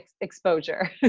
exposure